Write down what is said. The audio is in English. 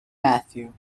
matthew